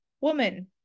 woman